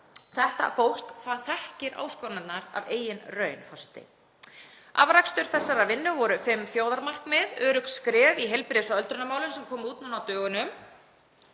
Þetta fólk þekkir áskoranirnar af eigin raun. Afrakstur þessarar vinnu voru fimm þjóðarmarkmið, Örugg skref í heilbrigðis- og öldrunarmálum, sem komu út nú á dögunum.